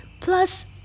plus